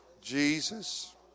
Jesus